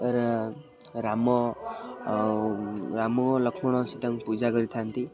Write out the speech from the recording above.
ରାମ ଆଉ ରାମ ଲକ୍ଷ୍ମଣ ସେ ତାଙ୍କୁ ପୂଜା କରିଥାନ୍ତି